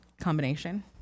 combination